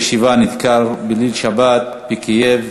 בחור ישיבה נדקר בליל שבת בקייב,